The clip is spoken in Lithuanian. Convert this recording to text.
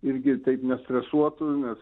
irgi taip nestresuotų nes